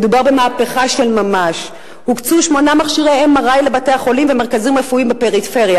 על חשבון סל התרופות.